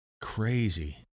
Crazy